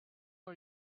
are